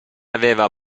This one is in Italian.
aveva